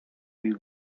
ich